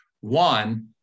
One